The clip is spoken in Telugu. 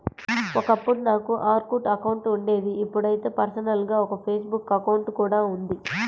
ఒకప్పుడు నాకు ఆర్కుట్ అకౌంట్ ఉండేది ఇప్పుడైతే పర్సనల్ గా ఒక ఫేస్ బుక్ అకౌంట్ కూడా ఉంది